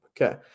okay